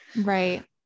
right